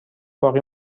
باقی